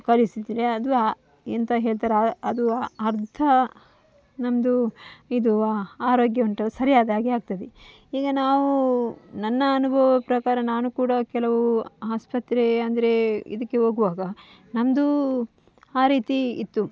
ಕಳಿಸಿದರೆ ಅದು ಆ ಎಂಥ ಹೇಳ್ತಾರೆ ಆ ಅದು ಅರ್ಧ ನಮ್ಮದು ಇದು ಆರೋಗ್ಯ ಉಂಟಲ್ಲ ಸರಿಯಾದ ಹಾಗೆ ಆಗ್ತದೆ ಈಗ ನಾವು ನನ್ನ ಅನುಭವ ಪ್ರಕಾರ ನಾನು ಕೂಡ ಕೆಲವು ಆಸ್ಪತ್ರೆ ಅಂದರೆ ಇದಕ್ಕೆ ಹೋಗುವಾಗ ನನ್ನದು ಆ ರೀತಿ ಇತ್ತು